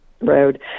Road